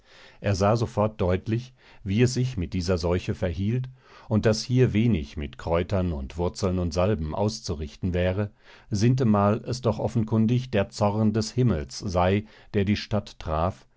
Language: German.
er sah sofort deutlich wie es sich mit dieser seuche verhielt und daß hier wenig mit kräutern und wurzeln und salben auszurichten wäre sintemal es doch offenkundig der zorn des himmels sei der die stadt traf